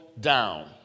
down